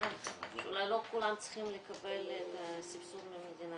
מזה שאולי לא כולם צריכים לקבל את הסבסוד במדינה,